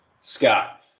Scott